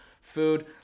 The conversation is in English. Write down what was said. food